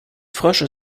frösche